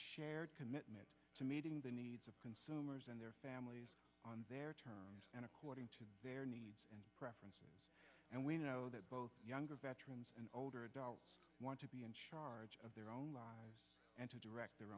shared commitment to meeting the needs of consumers and their families on their terms and according to their preference and we know that both younger veterans and older adults want to be in charge of their own lives and to direct their